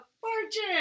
Fortune